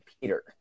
Peter